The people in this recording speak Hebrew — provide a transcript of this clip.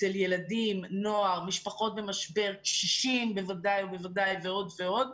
אצל ילדים, נוער, משפחות במשבר, קשישים ועוד ועוד.